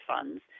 funds